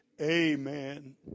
Amen